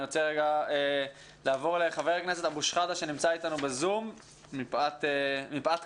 אני רוצה לעבור לחבר הכנסת אבו שחאדה שנמצא אתנו ב-זום מפאת קורונה.